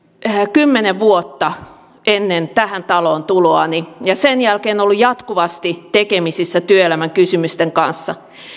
kymmenen vuotta ennen tähän taloon tuloani ja sen jälkeen olen ollut jatkuvasti tekemisissä työelämän kysymysten kanssa